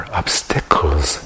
obstacles